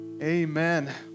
Amen